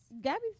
gabby's